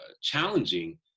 challenging